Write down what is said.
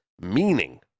meaning